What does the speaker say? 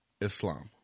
Islam